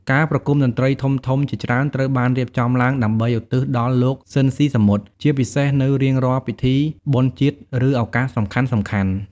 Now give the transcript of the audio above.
ការប្រគុំតន្ត្រីធំៗជាច្រើនត្រូវបានរៀបចំឡើងដើម្បីឧទ្ទិសដល់លោក ស៊ីន ស៊ីសាមុត ជាពិសេសនៅរៀងរាល់ពិធីបុណ្យជាតិ ឬឱកាសសំខាន់ៗ ។